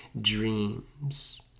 dreams